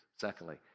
Secondly